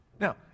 Now